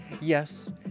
Yes